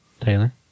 Taylor